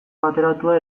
bateratua